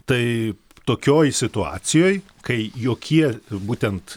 tai tokioj situacijoj kai jokie būtent